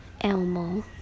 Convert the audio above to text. Elmo